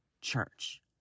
church